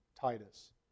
Titus